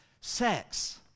sex